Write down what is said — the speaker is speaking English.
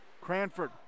Cranford